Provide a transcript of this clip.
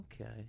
Okay